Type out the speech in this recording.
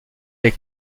est